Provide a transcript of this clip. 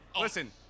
Listen